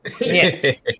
Yes